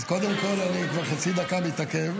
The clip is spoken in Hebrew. אז קודם כול אני כבר חצי דקה מתעכב.